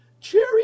cherry